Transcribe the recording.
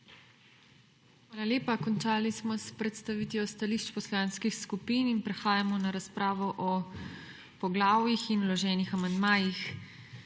Hvala lepa. Končali smo s predstavitvijo stališč poslanskih skupin. Prehajamo na razpravo o poglavjih in vloženih amandmajih.